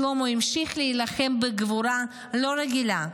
שלמה המשיך להילחם בגבורה לא רגילה.